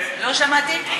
לא שמעתי.